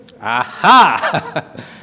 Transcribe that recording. Aha